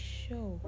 show